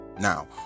now